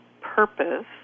purpose